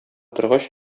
торгач